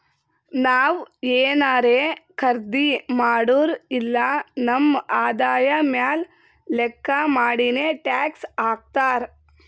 ನಾವ್ ಏನಾರೇ ಖರ್ದಿ ಮಾಡುರ್ ಇಲ್ಲ ನಮ್ ಆದಾಯ ಮ್ಯಾಲ ಲೆಕ್ಕಾ ಮಾಡಿನೆ ಟ್ಯಾಕ್ಸ್ ಹಾಕ್ತಾರ್